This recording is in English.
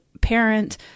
parent